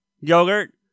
Yogurt